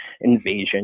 invasion